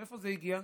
מאיפה זה הגיע?